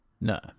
No